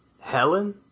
Helen